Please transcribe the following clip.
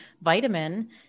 vitamin